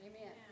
Amen